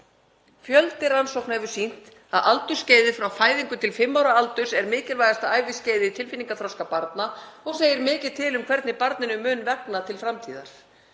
Fjöldi rannsókna hefur sýnt að aldursskeiðið frá fæðingu til fimm ára aldurs er mikilvægasta æviskeið í tilfinningaþroska barna og segir mikið til um hvernig barninu muni vegna til framtíðar.